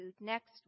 next